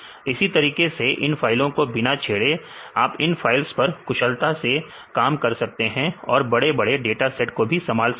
इसी तरीके से इन फाइलों को बिना छेड़े आप इन फाइल्स पर कुशलता से काम कर सकते हैं और बड़े बड़े डाटासेट को भी संभाल सकते हैं